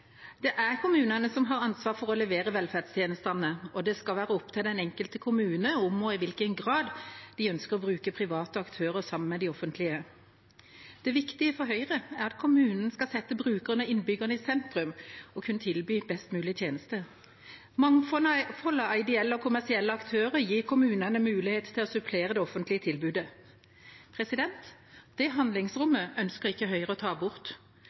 være opp til den enkelte kommune om og i hvilken grad de ønsker å bruke private aktører sammen med de offentlige. Det viktige for Høyre er at kommunen skal sette brukerne, innbyggerne, i sentrum og kunne tilby best mulige tjenester. Mangfoldet av ideelle og kommersielle aktører gir kommunene mulighet til å supplere det offentlige tilbudet. Det handlingsrommet ønsker ikke Høyre å ta bort.